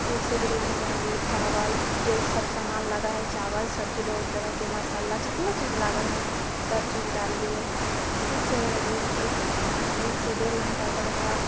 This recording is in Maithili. फिर से बिरयानी बनेलियै चावल जे सब सामान लागै है चावल सब्जी बहुत तरहके मसाला जितना चीज लागै है सबचीज डाललियै फिर सँ बनेलियै एक घन एक सँ डेढ़ घण्टा तक ओकरा